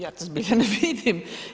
Ja to zbilja ne vidim.